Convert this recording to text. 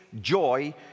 joy